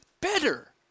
better